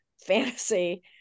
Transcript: fantasy